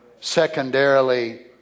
Secondarily